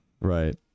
Right